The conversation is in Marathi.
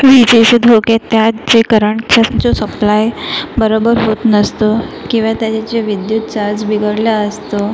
विजेशे धोके त्यात जे करंटचा जो सप्लाय बरोबर होत नसतो किंवा त्याचा जे विद्युत चार्ज बिघडला असतो